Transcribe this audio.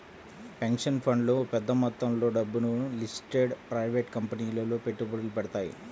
pension ఫండ్లు పెద్ద మొత్తంలో డబ్బును లిస్టెడ్ ప్రైవేట్ కంపెనీలలో పెట్టుబడులు పెడతారు